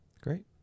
Great